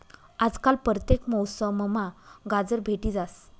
आजकाल परतेक मौसममा गाजर भेटी जास